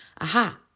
Aha